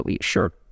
sure